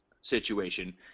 situation